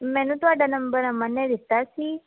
ਮੈਨੂੰ ਤੁਹਾਡਾ ਨੰਬਰ ਅਮਨ ਨੇ ਦਿੱਤਾ ਸੀ